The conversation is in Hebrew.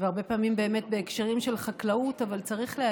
והרבה פעמים באמת בהקשרים של חקלאות,